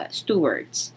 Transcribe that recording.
stewards